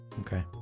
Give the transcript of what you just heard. Okay